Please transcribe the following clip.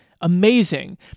amazing